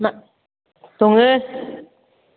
मा दङो